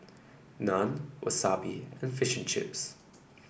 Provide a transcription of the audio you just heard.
Naan Wasabi and Fish and Chips